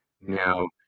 Now